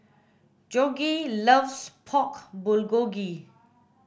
Jorge loves Pork Bulgogi